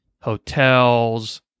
hotels